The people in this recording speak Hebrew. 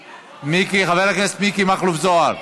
מיקי, חבר הכנסת מיקי מכלוף זוהר.